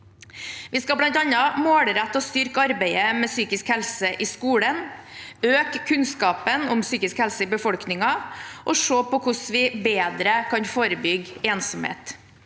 Vi skal bl.a. målrette og styrke arbeidet med psykisk helse i skolen, øke kunnskapen om psykisk helse i befolkningen og se på hvordan vi bedre kan forebygge ensomhet.